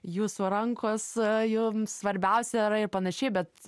jūsų rankos jum svarbiausia yra ir panašiai bet